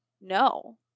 No